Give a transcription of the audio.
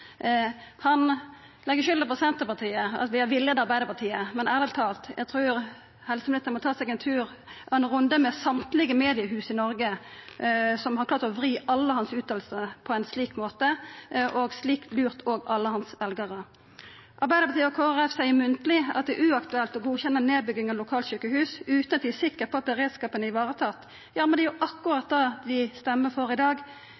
Han legg skylda på Senterpartiet – at vi har villeidd Arbeidarpartiet. Men eg trur ærleg talt helseministeren må ta seg ein runde med alle mediehusa i Noreg, som har klart å vri alle utsegnene hans på ein slik måte, og slik lurt alle veljarane hans. Arbeidarpartiet og Kristeleg Folkeparti seier munnleg at det er uaktuelt å godkjenna nedbygging av lokalsjukehus utan at dei er sikre på at beredskapen er varetatt – men det er jo akkurat det dei stemmer for i dag.